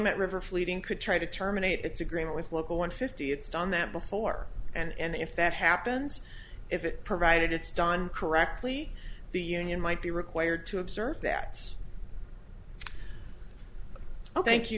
met river flooding could try to terminate its agreement with local one fifty it's done that before and if that happens if it provided it's done correctly the union might be required to observe that oh thank you